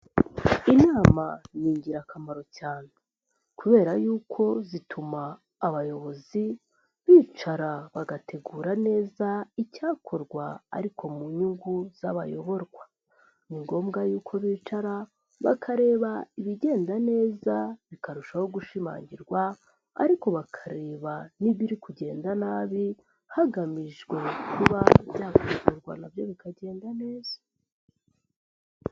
Inama ni ingirakamaro cyane kubera yuko zituma abayobozi bicara bagategura neza icyakorwa ariko mu nyungu z'abayoborwa. Ni ngombwa yuko bicara bakareba ibigenda neza bikarushaho gushimangirwa ariko bakareba n'ibiri kugenda nabi, hagamijwe kuba byakosorwa nabyo bikagenda neza.